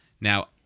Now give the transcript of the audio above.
Now